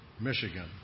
Michigan